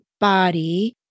body